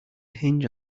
hinge